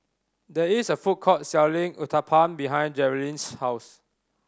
there is a food court selling Uthapam behind Geralyn's house